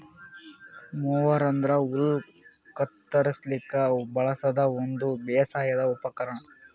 mower ಅಂದ್ರ ಹುಲ್ಲ್ ಕತ್ತರಸ್ಲಿಕ್ ಬಳಸದ್ ಒಂದ್ ಬೇಸಾಯದ್ ಉಪಕರ್ಣ್